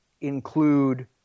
include